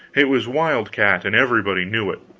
it was wildcat, and everybody knew it.